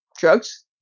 drugs